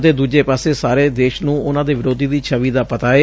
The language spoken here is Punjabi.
ਅਤੇ ਦੁਜੇ ਪਾਸੇ ਸਾਰੇ ਦੇਸ਼ ਨੂੰ ਉਨੂਾ ਦੇ ਵਿਰੋਧੀ ਦੀ ਛੱਵੀ ਦਾ ਪਤਾ ਏ